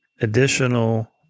additional